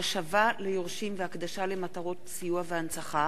(השבה ליורשים והקדשה למטרות סיוע והנצחה)